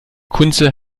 kunze